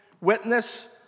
Witness